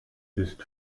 ist